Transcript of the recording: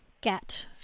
get